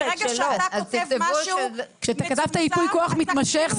כי ברגע שאתה כותב משהו מצומצם --- כשאתה כתבת ייפוי כוח מתמשך,